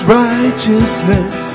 righteousness